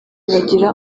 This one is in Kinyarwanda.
bagira